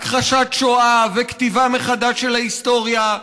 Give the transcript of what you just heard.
הכחשת שואה וכתיבה מחדש של ההיסטוריה,